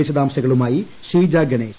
വിശദാംശങ്ങളുമായി ഷീജ ഗണേഷ്